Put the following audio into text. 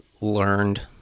learned